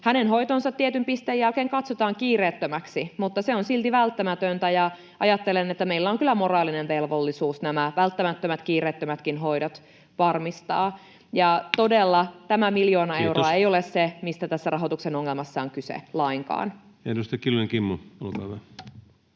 Hänen hoitonsa tietyn pisteen jälkeen katsotaan kiireettömäksi, mutta se on silti välttämätöntä, ja ajattelen, että meillä on kyllä moraalinen velvollisuus nämä välttämättömät kiireettömätkin hoidot varmistaa. Todella tämä miljoona euroa ei ole se, [Puhemies: Kiitos!] mistä tässä rahoituksen ongelmassa on kyse, lainkaan. [Speech 131] Speaker: